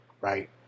right